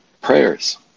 prayers